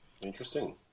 Interesting